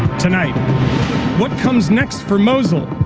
tonight what comes next for mosul.